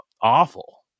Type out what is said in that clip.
awful